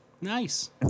nice